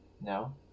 No